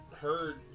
heard